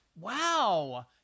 Wow